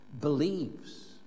believes